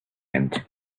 end